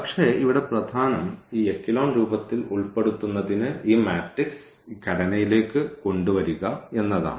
പക്ഷേ ഇവിടെ പ്രധാനം ഈ എക്കലോൺ രൂപത്തിൽ ഉൾപ്പെടുത്തുന്നതിന് ഈ മാട്രിക്സ് ഈ ഘടനയിലേക്ക് കൊണ്ടുവരിക എന്നതാണ്